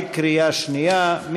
בקריאה שנייה.